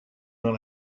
dans